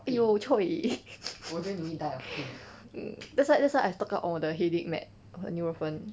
yo !choy! that's why that's why I have top up on 我的 headache med nurofen